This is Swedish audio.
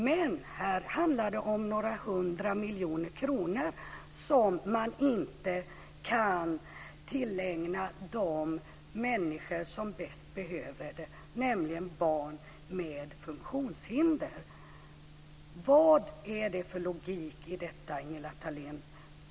Men här handlar det om några hundra miljoner kronor som man inte kan tillägna de människor som bäst behöver det, nämligen barn med funktionshinder. Vad är det för logik i detta, Ingela Thalén? Fru talman!